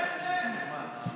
בהחלט, בהחלט.